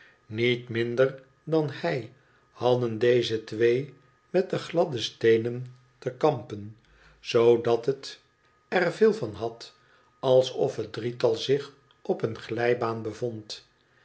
niet minder dan hij hadden deze twee met de gladde steenen te kampen zoodat het er veel van had alsof het drietal zich op een glijbaan bevond